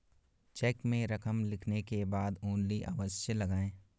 check में रकम लिखने के बाद ओन्ली अवश्य लगाएँ